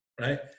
right